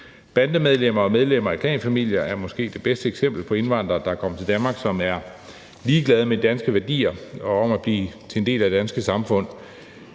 Bandemedlemmer og medlemmer af klanfamilier er måske de bedste eksempler på indvandrere, der er kommet til Danmark, som er ligeglade med de danske værdier og med at blive til en del af det danske samfund.